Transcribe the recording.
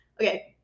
Okay